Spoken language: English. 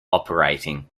operating